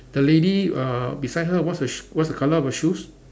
the lady uh beside her what's the sh~ colour of her shoes